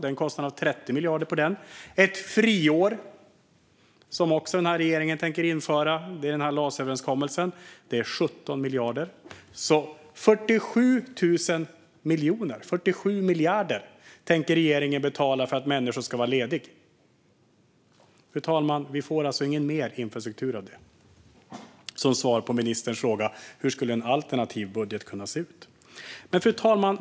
Den kostar 30 miljarder. Friåret i LAS-överenskommelsen, som regeringen också tänker införa, kostar 17 miljarder. Regeringen tänker alltså betala 47 miljarder - 47 000 miljoner - för att människor ska vara lediga. Som svar på ministerns fråga hur en alternativ budget skulle kunna se ut får vi ingen mer infrastruktur av det, fru talman. Fru talman!